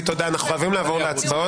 טלי, תודה, אנחנו חייבים לעבור להצבעות.